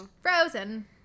Frozen